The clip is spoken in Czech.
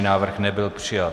Návrh nebyl přijat.